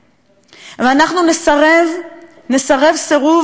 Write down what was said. אנחנו נסרב סירוב מוחלט